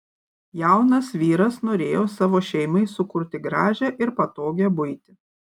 jaunas vyras norėjo savo šeimai sukurti gražią ir patogią buitį